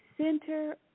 center